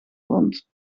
rond